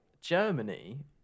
Germany